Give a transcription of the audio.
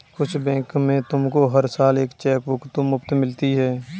कुछ बैंक में तुमको हर साल एक चेकबुक तो मुफ़्त मिलती है